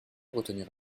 retenir